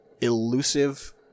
elusive